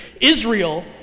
Israel